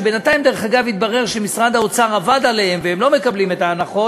שבינתיים דרך אגב התברר שמשרד האוצר עבד עליהן והן לא מקבלות את ההנחות,